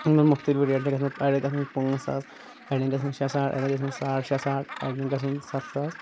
یِمَن مختلف ریٹہِ چھِ گژھان اَڈٮ۪ن گَژھان پانٛژھ ساس اڈٮ۪ن گَژھان شےٚ ساڑ اَڈٮ۪ن گَژھان ساڑ شےٚ ساڑ اَڈٮ۪ن گژھان سَتھ ساس